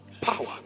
Power